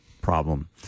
problem